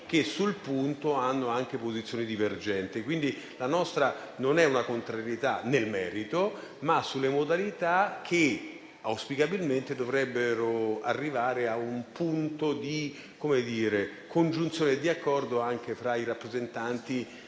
che sul punto hanno anche posizioni divergenti. La nostra, quindi, non è una contrarietà nel merito, ma sulle modalità, che auspicabilmente dovrebbero arrivare a un punto di congiunzione e di accordo anche fra i rappresentanti